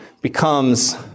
becomes